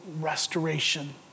restoration